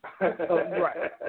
Right